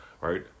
right